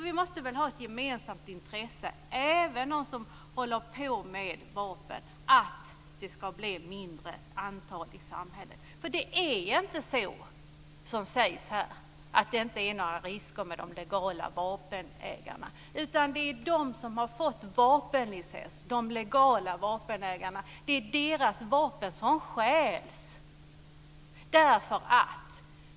Vi måste väl ha ett gemensamt intresse, även de som håller på med vapen, att det ska bli ett lägre antal vapen i samhället? Det är ju inte så som det sägs här att det inte är några risker med de legala vapenägarna, de som har fått vapenlicens. Det är ju de legala vapenägarnas vapen som stjäls.